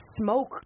smoke